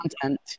content